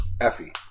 Effie